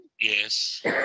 Yes